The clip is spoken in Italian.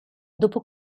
dopo